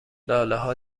لالهها